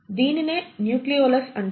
దీనినే న్యూక్లియోలస్ అంటారు